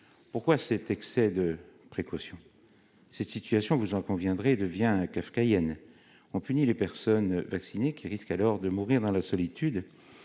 Pourquoi cet excès de précaution ? La situation, vous en conviendrez, devient kafkaïenne. On punit les personnes vaccinées, qui risquent alors de mourir dans la solitude.